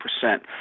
percent